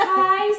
hi